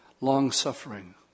long-suffering